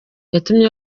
yatumye